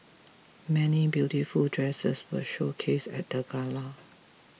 many beautiful dresses were showcased at the gala